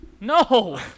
No